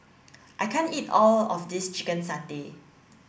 I can't eat all of this chicken satay